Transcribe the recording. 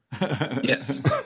Yes